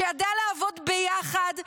שידעה לעבוד ביחד,